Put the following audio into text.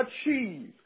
achieve